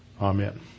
Amen